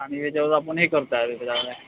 आणि काय त्यावर आपण हे करु त्यावेळेस जाऊद्या